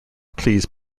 pleased